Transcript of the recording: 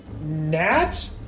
Nat